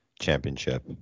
Championship